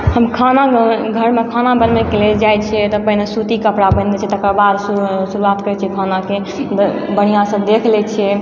हम खाना घरमे खाना बनबैके लेल जाइ छियै तऽ पहिले सुती कपड़ा पहिनै छियै तकर बाद शुरुआत करै छियै खानाके बढ़िऑंसँ देख लै छियै